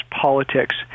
politics